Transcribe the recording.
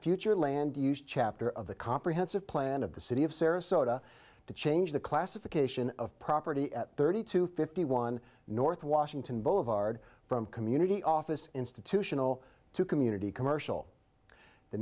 future land use chapter of the comprehensive plan of the city of sarasota to change the classification of property at thirty to fifty one north washington boulevard from community office institutional to community commercial the